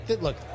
Look